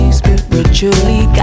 spiritually